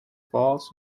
falls